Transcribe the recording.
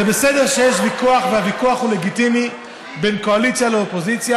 זה בסדר שיש ויכוח והוויכוח הוא לגיטימי בין קואליציה לאופוזיציה,